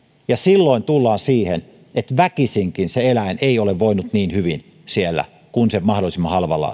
silloin tullaan siihen että väkisinkin se eläin ei ole voinut niin hyvin siellä kun se tuote mahdollisimman halvalla